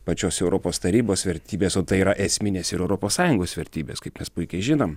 pačios europos tarybos vertybes o tai yra esminės ir europos sąjungos vertybės kaip mes puikiai žinom